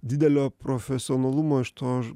didelio profesionalumo iš to